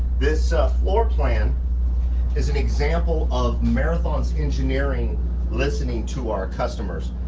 this floor plan is an example of marathon's engineering listening to our customers.